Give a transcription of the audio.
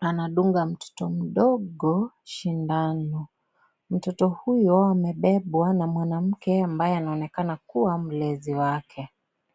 anadunga mtoto mdogo sindano. Mtoto huyo amebebwa na mwanamke ambaye anaonekana kuwa mlezi wake.